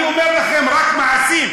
אני אומר לכם רק מעשים.